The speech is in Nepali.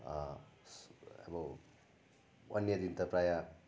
अब अन्य दिन त प्राय